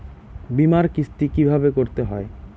বিমার কিস্তি কিভাবে করতে হয়?